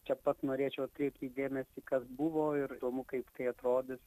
čia pat norėčiau atkreipti dėmesį kas buvo ir įdomu kaip tai atrodys